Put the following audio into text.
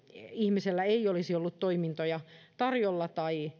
ihmisellä ei olisi ollut toimintoja tarjolla tai